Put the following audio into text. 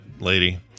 lady